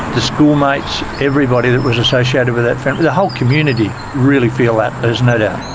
the schoolmates, everybody that was associated with that family the whole community really feel that. there's no doubt.